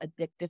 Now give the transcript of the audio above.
addictive